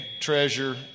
treasure